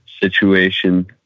situation